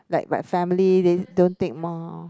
like like family this don't take more